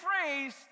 phrase